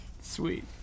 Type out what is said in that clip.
sweet